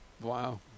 Wow